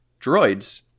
droids